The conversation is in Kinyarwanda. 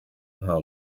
nta